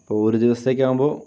അപ്പോൾ ഒരു ദിവസം ഒക്കെ ആകുമ്പോൾ